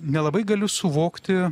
nelabai galiu suvokti